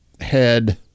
Head